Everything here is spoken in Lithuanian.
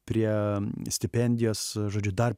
prie stipendijos žodžiu dar